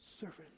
servant